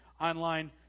online